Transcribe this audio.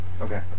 Okay